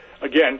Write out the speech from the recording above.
again